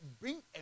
bring